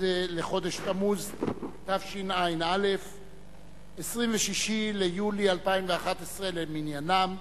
כ"ד בחודש תמוז תשע"א, 26 ביולי 2011 למניינם.